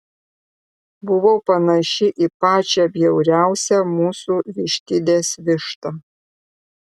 buvau panaši į pačią bjauriausią mūsų vištidės vištą